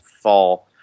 fall